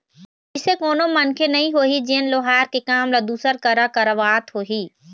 अइसे कोनो मनखे नइ होही जेन लोहार के काम ल दूसर करा करवात होही